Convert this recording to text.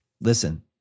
Listen